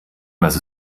was